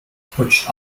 putscht